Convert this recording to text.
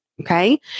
okay